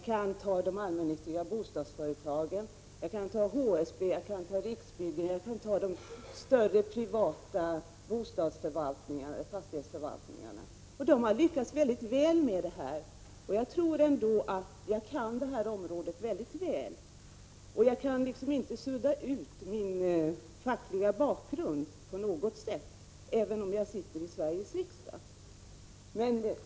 Låt mig peka på de allmännyttiga bostadsföretagen, HSB, Riksbyggen och de större privata bostadsfastighets — Prot. 1986/87:123 förvaltningarna, som har klarat denna uppgift mycket bra. 14 maj 1987 Jag känner mycket väl till detta område. Jag kan inte när jag sitter här som ledamot av Sveriges riksdag på något sätt sudda ut min fackliga bakgrund.